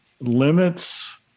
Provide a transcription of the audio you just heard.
limits